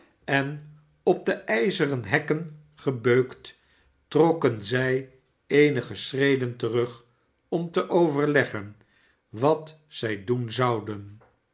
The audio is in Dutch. en op de ijzeren hekken gebeukt trokken zij eenige schreden terug om te overleggen wat zij doen zouden